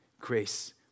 Grace